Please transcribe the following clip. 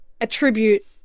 attribute